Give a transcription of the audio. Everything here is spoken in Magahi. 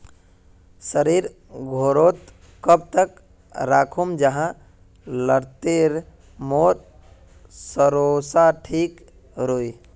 सरिस घोरोत कब तक राखुम जाहा लात्तिर मोर सरोसा ठिक रुई?